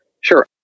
Sure